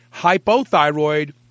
hypothyroid